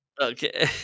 Okay